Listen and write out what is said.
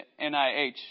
NIH